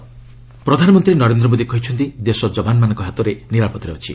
PM Churu ପ୍ରଧାନମନ୍ତ୍ରୀ ନରେନ୍ଦ୍ର ମୋଦି କହିଛନ୍ତି ଦେଶ ଯବାନମାନଙ୍କ ହାତରେ ନିରାପଦରେ ଅଛି